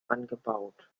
angebaut